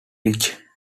ridge